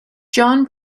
john